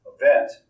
event